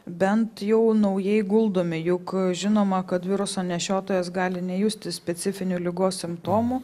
bent jau naujai guldomi juk žinoma kad viruso nešiotojas gali nejusti specifinių ligos simptomų